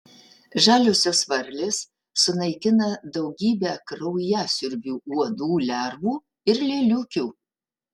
žaliosios varlės sunaikina daugybę kraujasiurbių uodų lervų ir lėliukių